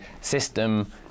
system